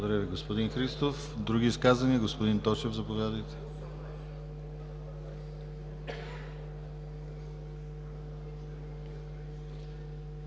Благодаря Ви, господин Христов. Други изказвания? Господин Тошев – заповядайте.